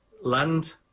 land